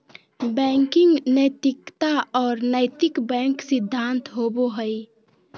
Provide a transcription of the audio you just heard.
banking नैतिकता और नैतिक बैंक सिद्धांत होबो हइ